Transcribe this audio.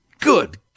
Good